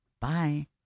Bye